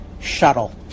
Shuttle